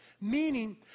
meaning